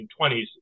1920s